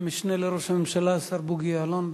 המשנה לראש הממשלה, השר בוגי יעלון.